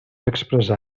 expressar